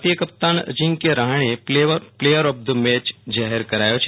ભારતીય કપ્તાન અજીંક્ય રહાણેને પ્લેયર ઑફ ધ મેચ જાહેર કરાયા છે